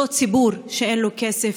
אותו ציבור שאין לו כסף,